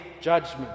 judgment